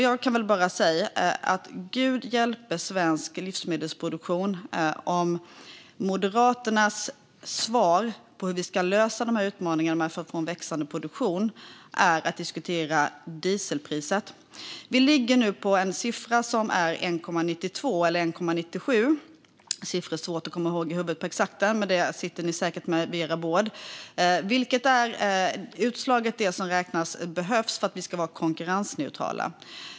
Jag kan bara säga: Gud hjälpe svensk livsmedelsproduktion om Moderaternas svar på hur vi ska lösa utmaningarna med att få en växande produktion är att diskutera dieselpriset! Vi ligger nu på en siffra som är 1,92 eller 1,97 - det är svårt att ha de exakta siffrorna i huvudet, men ni sitter säkert med dem vid era bord. Det är utslaget på vad vi beräknas behöva för att vara konkurrensneutrala.